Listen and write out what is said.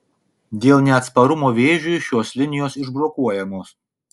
dėl neatsparumo vėžiui šios linijos išbrokuojamos